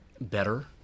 better